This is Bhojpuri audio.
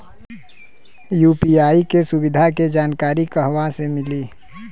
यू.पी.आई के सुविधा के जानकारी कहवा से मिली?